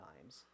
times